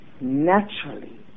naturally